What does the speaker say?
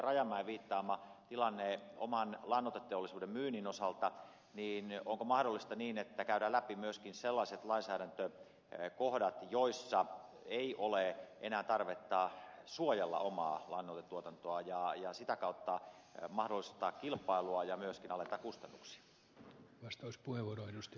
rajamäen viittaamassa tilanteessa oman lannoiteteollisuuden myynnin osalta että käydään läpi myöskin sellaiset lainsäädäntökohdat joissa ei ole enää tarvetta suojella omaa lannoitetuotantoa ja sitä kautta mahdollistetaan kilpailua ja myöskin alennetaan kustannuksia